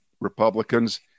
Republicans